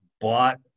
bought